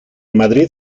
madrid